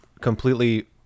completely